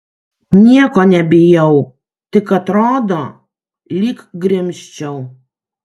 nieko nebijau tik atrodo lyg grimzčiau